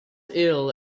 ill